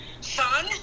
son